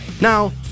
Now